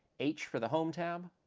h, for the home tab,